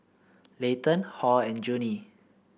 Layton Hall and Junie